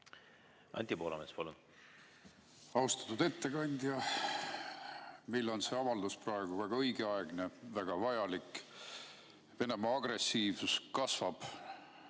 Anti Poolamets, palun! Austatud ettekandja! Meil on see avaldus praegu väga õigeaegne, väga vajalik. Venemaa agressiivsus kasvab